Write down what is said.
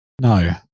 no